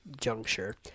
juncture